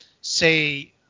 say